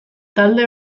talde